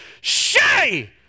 Shay